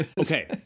okay